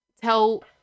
tell